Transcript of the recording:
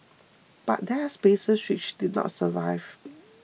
but there are spaces which did not survive